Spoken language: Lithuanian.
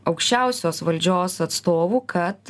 aukščiausios valdžios atstovų kad